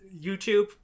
YouTube